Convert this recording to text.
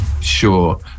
sure